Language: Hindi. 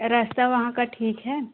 रस्ता वहाँ का ठीक है